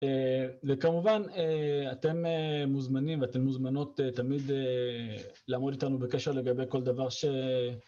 וכמובן, אתם מוזמנים ואתם מוזמנות תמיד לעמוד איתנו בקשר לגבי כל דבר ש...